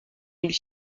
mille